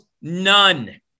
none